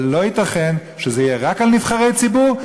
אבל לא ייתכן שזה יהיה רק על נבחרי ציבור,